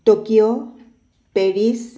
Tokyo Paris